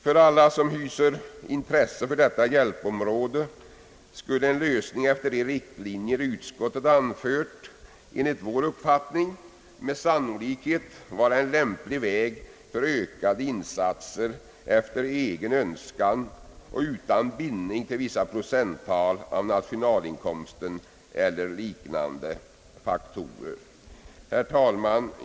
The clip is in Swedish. För alla som hyser intresse för detta hjälpområde skulle en lösning efter de riktlinjer utskottet förordar enligt vår uppfattning med sannolikhet vara lämplig när det gäller ökade insatser efter egen önskan och utan bindning till vissa procenttal av nationalinkomsten eller liknande faktorer. Herr talman!